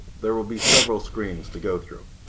there will be several screens to go through.